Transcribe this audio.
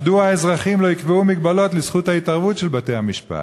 מדוע האזרחים לא יקבעו מגבלות לזכות ההתערבות של בתי-המשפט?